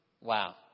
Wow